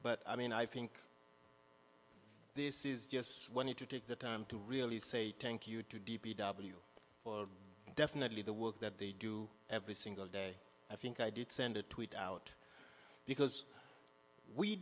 but i mean i think this is just when you take the time to really say thank you to d p w definitely the work that they do every single day i think i did send a tweet out because we